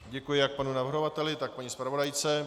Děkuji jak panu navrhovateli, tak paní zpravodajce.